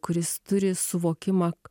kuris turi suvokimą